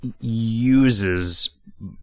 uses